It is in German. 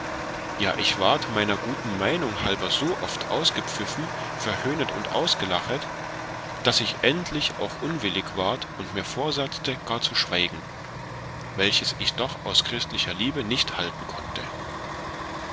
ja ich ward meiner guten meinung halber so oft ausgepfiffen verhöhnet und ausgelachet daß ich endlich auch unwillig ward und mir vorsatzte gar zu schweigen welches ich doch aus christlicher liebe nicht halten konnte